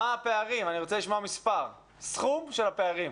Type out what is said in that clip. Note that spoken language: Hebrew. אני רוצה לשמוע מספר, סכום של הפערים.